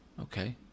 okay